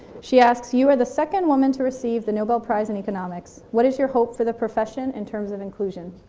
she asks, you are the second woman to receive the nobel prize in economics. what is your hope for the profession in terms of inclusion?